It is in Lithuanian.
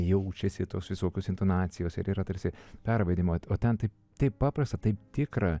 jaučiasi tos visokios intonacijos ir yra tarsi pervaidimo o ten tai taip paprasta taip tikra